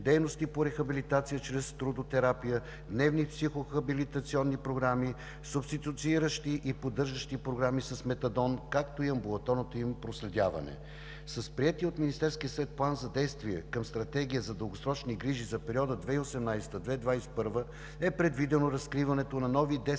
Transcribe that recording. дейности по рехабилитация чрез трудотерапия, дневни психорехабилитационни програми, субституиращите и поддържащи програми с метадон, както и амбулаторното им проследяване. - С приетия от Министерския съвет план за действие към Стратегия за дългосрочни грижи за периода 2018 – 2021 г., е предвидено разкриването на десетдневни